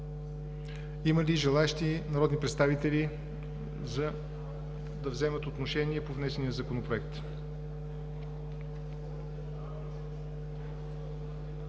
Има ли желаещи народни представители да вземат отношение по внесения Законопроект?